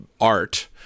art